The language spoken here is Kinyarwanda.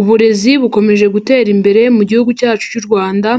Uburezi bukomeje gutera imbere mu gihugu cyacu cy'u Rwanda,